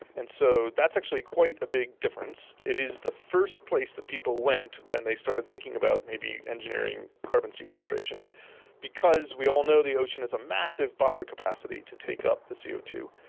and so that's actually quite a big difference. it is the first place that people went when they started thinking about maybe engineering carbon sequestration because we all know the ocean has a massive buffer capacity to take up the c o two.